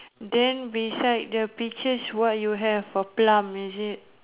then beside the pictures what you have a plum is it